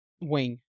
wing